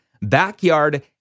backyard